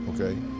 Okay